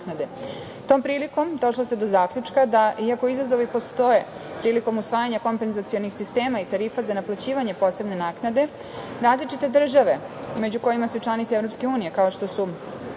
prilikom došlo se do zaključka da iako izazovi postoje prilikom usvajanja kompenzacionih sistema i tarifa za naplaćivanje posebne naknade različite države, među kojima su članice EU, kao što su